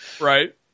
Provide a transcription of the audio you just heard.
Right